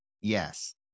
Yes